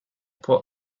può